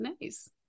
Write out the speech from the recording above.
Nice